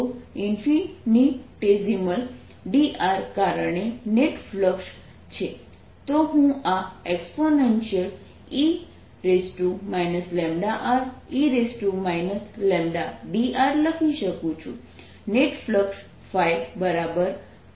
તો infinitesimal dR કારણે net flux છે તો હું આ એક્સ્પોનેન્શલ e λRe λdR લખી શકું છું નેટ ફ્લક્સ 4πCλe λRdR છે